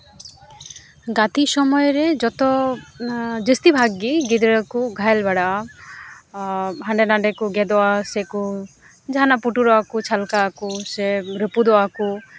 ᱜᱟᱛᱮ ᱥᱚᱢᱚᱭ ᱨᱮ ᱡᱚᱛᱚ ᱡᱟᱹᱥᱛᱤ ᱵᱷᱟᱜᱮ ᱜᱤᱫᱽᱨᱟᱹ ᱠᱚ ᱜᱷᱟᱭᱮᱞ ᱵᱟᱲᱟᱜᱼᱟ ᱦᱟᱸᱰᱮ ᱱᱷᱟᱰᱮ ᱠᱚ ᱜᱮᱫᱚᱜ ᱟ ᱥᱮ ᱠᱚ ᱯᱩᱴᱩᱨᱚᱜᱼᱟ ᱠᱚ ᱪᱷᱚᱞᱠᱟᱣ ᱟᱠᱚ ᱥᱮ ᱨᱟᱹᱯᱩᱫᱚᱜᱼᱟ ᱠᱚ